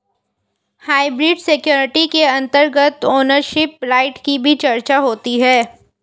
hybrid security के अंतर्गत ownership right की भी चर्चा होती है